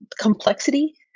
complexity